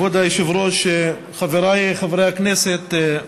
כבוד היושב-ראש, חבריי חברי הכנסת,